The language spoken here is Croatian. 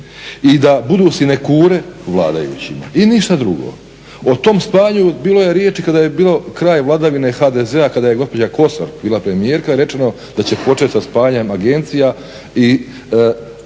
i da budu sinekure vladajućima i ništa drugo. O tom stanju bilo je riječi kada je bilo kraj vladavine HDZ-a, kada je gospođa Kosor bila premijerka, rečeno da će početi sa spajanjem agencija,